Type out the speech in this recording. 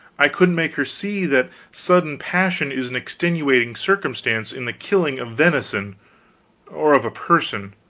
i couldn't make her see that sudden passion is an extenuating circumstance in the killing of venison or of a person